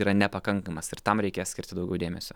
yra nepakankamas ir tam reikės skirti daugiau dėmesio